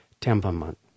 temperament